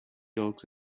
yolks